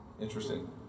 Interesting